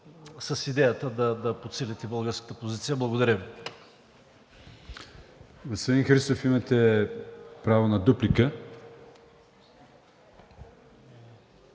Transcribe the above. с идеята да подсилите българската позиция. Благодаря Ви.